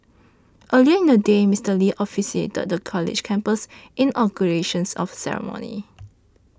earlier in the day Mister Lee officiated the college's campus inaugurations of ceremony